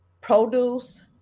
produce